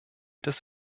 des